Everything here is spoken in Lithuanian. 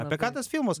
apie ką tas filmas